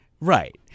Right